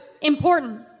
important